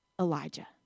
Elijah